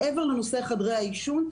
מעבר לנושא חדרי העישון,